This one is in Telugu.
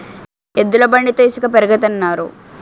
ఎద్దుల బండితో ఇసక పెరగతన్నారు